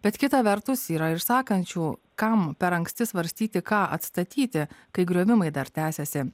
bet kita vertus yra ir sakančių kam per anksti svarstyti ką atstatyti kai griovimai dar tęsiasi